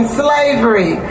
slavery